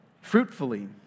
fruitfully